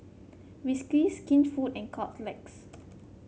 Whiskas Skinfood and Caltex